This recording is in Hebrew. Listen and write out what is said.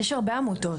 יש הרבה עמותות.